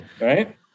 Right